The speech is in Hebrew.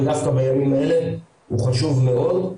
ודווקא בימים האלה הוא חשוב מאוד.